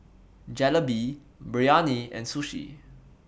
Jalebi Biryani and Sushi